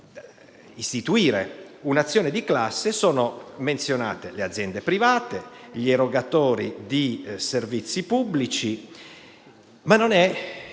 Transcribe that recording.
può istituire un'azione di classe, sono menzionati le aziende private e gli erogatori di servizi pubblici, ma non la